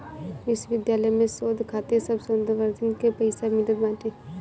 विश्वविद्यालय में शोध खातिर सब शोधार्थीन के पईसा मिलत बाटे